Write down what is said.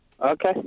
Okay